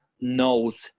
knows